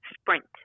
Sprint